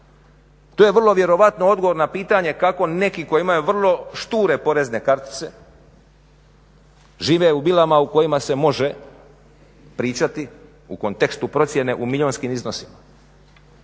To je vrlo vjerojatno odgovor na pitanje kako neki koji imaju vrlo šture porezne kartice žive u vilama u kojima se može pričati u kontekstu procjene u milijunskim iznosima.